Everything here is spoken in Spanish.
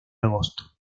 agosto